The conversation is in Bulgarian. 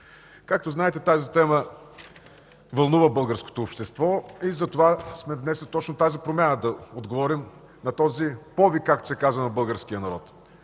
Както знаете, тази тема вълнува българското общество. Затова сме внесли точно тази промяна – за да отговорим на този повик на българския народ.